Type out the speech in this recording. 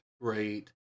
great